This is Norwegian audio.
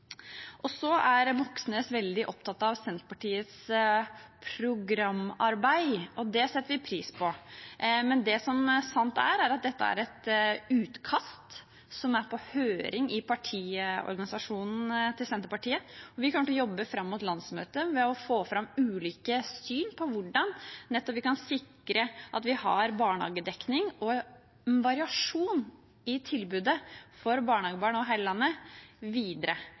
er veldig opptatt av Senterpartiets programarbeid, og det setter vi pris på, men det som sant er, er at dette er et utkast som er på høring i partiorganisasjonen til Senterpartiet. Vi kommer til å jobbe fram mot landsmøtet med å få fram ulike syn nettopp på hvordan vi kan sikre at vi også videre har barnehagedekning og en variasjon i tilbudet for barnehagebarn